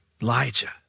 Elijah